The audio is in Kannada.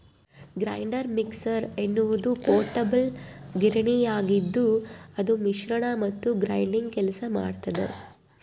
ಗ್ರೈಂಡರ್ ಮಿಕ್ಸರ್ ಎನ್ನುವುದು ಪೋರ್ಟಬಲ್ ಗಿರಣಿಯಾಗಿದ್ದುಅದು ಮಿಶ್ರಣ ಮತ್ತು ಗ್ರೈಂಡಿಂಗ್ ಕೆಲಸ ಮಾಡ್ತದ